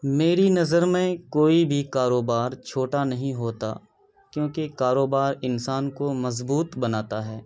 میری نظر میں کوئی بھی کاروبار چھوٹا نہیں ہوتا کیونکہ کاروبار انسان کو مضبوط بناتا ہے